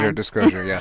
ah disclosure, yes